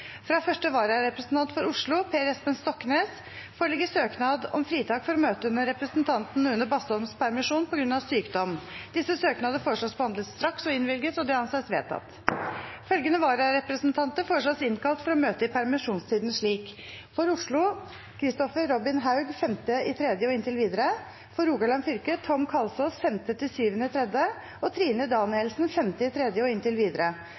Fra første vararepresentant for Oslo, Per Espen Stoknes , foreligger søknad om fritak for å møte i Stortinget under representanten Une Bastholms permisjon, på grunn av sykdom. Etter forslag fra presidenten ble enstemmig besluttet: Søknadene behandles straks og innvilges. Følgende vararepresentanter innkalles for å møte i permisjonstiden: For Oslo: Kristoffer Robin Haug 5. mars og inntil videre For Rogaland fylke: Tom Kalsås 5.–7. mars og Trine Danielsen 5. mars og inntil videre